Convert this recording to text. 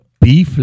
beef